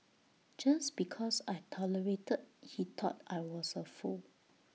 just because I tolerated he thought I was A fool